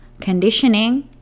conditioning